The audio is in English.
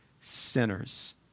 sinners